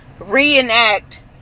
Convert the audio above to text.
Reenact